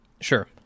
Sure